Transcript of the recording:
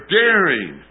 daring